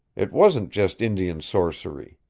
it wasn't just indian sorcery